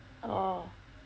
orh